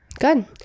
Good